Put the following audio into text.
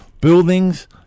buildings